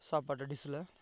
சாப்பாடு டிஷ்ஷில்